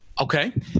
Okay